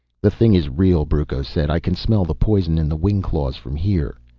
the thing is real, brucco said. i can smell the poison in the wing-claws from here.